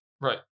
right